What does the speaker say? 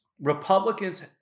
Republicans